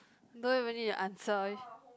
don't even need the answer each